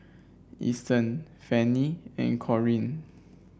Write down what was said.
Ethen Fannie and Corean